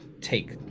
take